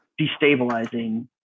destabilizing